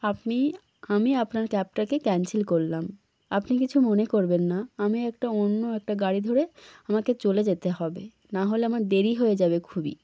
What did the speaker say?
আপনি আমি আপনার ক্যাবটাকে ক্যানসেল করলাম আপনি কিছু মনে করবেন না আমি একটা অন্য একটা গাড়ি ধরে আমাকে চলে যেতে হবে না হলে আমার দেরি হয়ে যাবে খুবই